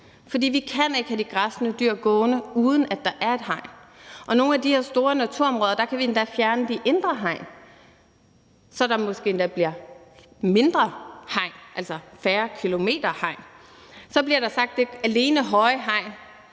For vi kan ikke have de græssende dyr gående, uden at der er et hegn. Og i nogle af de her store naturområder kan vi endda fjerne de indre hegn, så der måske endda bliver færre kilometer hegn. Så bliver der sagt, at det alene gælder høje hegn,